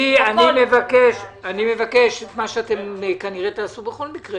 אני מבקש מה שתעשו כנראה בכל מקרה